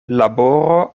laboro